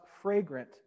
fragrant